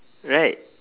right